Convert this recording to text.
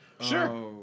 Sure